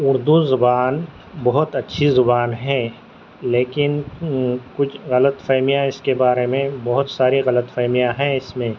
اردو زبان بہت اچھی زبان ہے لیکن کچھ غلط فہمیاں اس کے بارے میں بہت ساری غلط فہمیاں ہیں اس میں